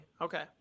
Okay